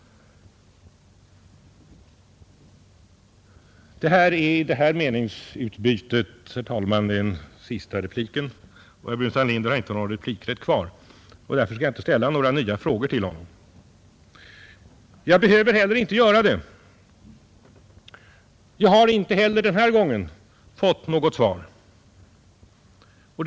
Detta är den sista omgången repliker i meningsutbytet, och herr Burenstam Linder har inte någon replikrätt kvar. Därför skall jag inte ställa några nya frågor till honom. Jag behöver nu inte göra det, eftersom jag inte heller denna gång erhållit något svar på mina frågor.